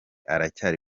aracyari